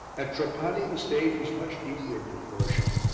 at trapani the stage was much deeper in proportion,